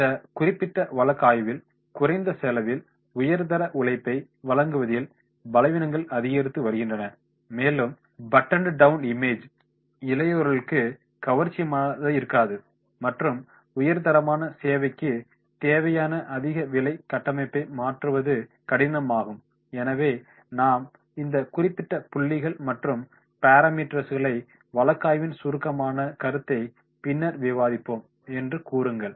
இந்த குறிப்பிட்ட வழக்கு ஆய்வில் குறைந்த செலவில் உயர்தர உழைப்பை வழங்குவதில் பலவீனங்கள் அதிகரித்து வருகின்றன மேலும் புட்டோன்ட் டோவ்ன் இமேஜ் இளையயோர்களுக்கு கவர்ச்சிகரமானதாக இருக்காது மற்றும் உயர் தரமான சேவைக்கு தேவையான அதிக விலை கட்டமைப்பை மாற்றுவது கடினமாகும் எனவே நாம் இந்த குறிப்பிட்ட புள்ளிகள் மற்றும் பரமீடேர்ஸை வழக்காய்வின் சுருக்கமான கருத்தைக் பின்னர் விவாதிப்போம் என்று கூறுங்கள்